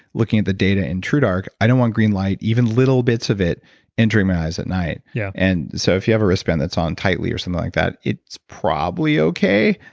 looking at the data in true dark, i don't want green light, even little bits of it entering my eyes at night yeah and so if you have a wristband that's on tightly or something like that, it's probably okay,